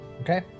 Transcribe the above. Okay